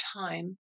time